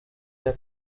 iya